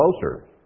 closer